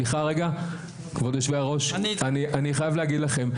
אני חייב להגיד לכם.